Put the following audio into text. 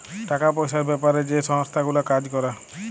টাকা পয়সার বেপারে যে সংস্থা গুলা কাজ ক্যরে